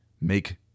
Make